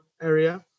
area